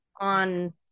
on